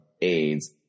AIDS